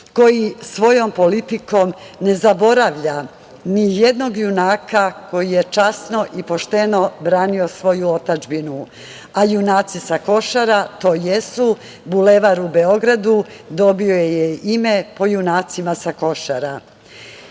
koji svojom politikom ne zaboravlja nijednog junaka koji je časno i pošteno branio svoju otadžbinu. A junaci sa Košara to jesu, Bulevar u Beogradu dobio je ime po junacima sa Košara. Da